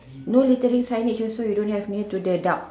no littering signage also you don't have near to the duck